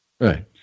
right